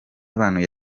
y’abantu